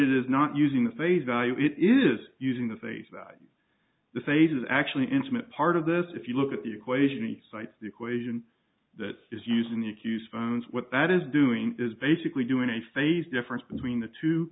it is not using the face value it is using the face that the sages actually intimate part of this if you look at the equation he cites the equation that is using the accused phones what that is doing is basically doing a phase difference between the two